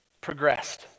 progressed